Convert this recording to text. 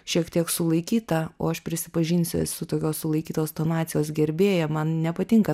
šiek tiek sulaikyta o aš prisipažinsiu esu tokios sulaikytos tonacijos gerbėja man nepatinka